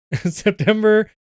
september